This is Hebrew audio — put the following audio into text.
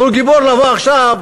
אבל הוא גיבור לבוא עכשיו,